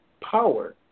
power